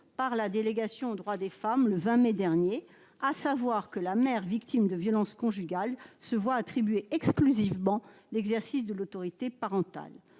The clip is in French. par la délégation aux droits des femmes le 20 mai dernier, à savoir que la mère victime de violences conjugales se voit attribuer exclusivement l'exercice de l'autorité parentale.